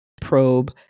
probe